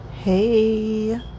hey